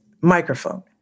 microphone